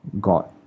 God